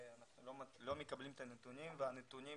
אנחנו לא מקבלים את הנתונים כי הנתונים